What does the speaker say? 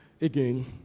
again